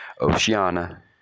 Oceania